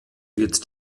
wird